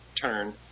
turn